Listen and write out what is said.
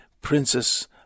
princess